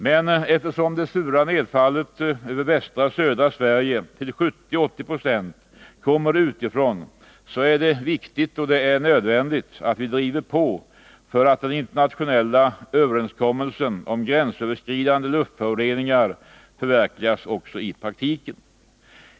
Men eftersom det sura nedfallet över västra och södra Sverige till 70-80 70 kommer utifrån, är det viktigt och nödvändigt att vi driver på för att få den internationella överenskommelsen om gränsöverskridande luftföroreningar förverkligad i praktiken.